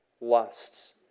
lusts